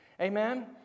amen